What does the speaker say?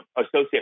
associate